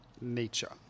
nature